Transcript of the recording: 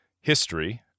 history